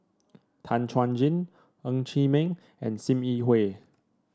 Tan Chuan Jin Ng Chee Meng and Sim Yi Hui